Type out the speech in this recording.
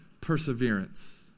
perseverance